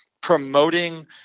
promoting